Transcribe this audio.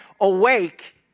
awake